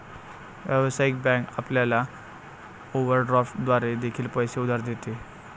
व्यावसायिक बँक आपल्याला ओव्हरड्राफ्ट द्वारे देखील पैसे उधार देते